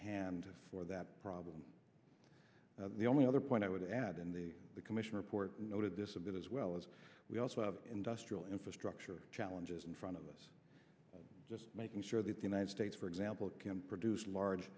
hand for that problem the only other point i would add in the commission report noted this a bit as well as we also have industrial infrastructure challenges in front of us just making sure the united states for example can produce large